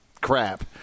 crap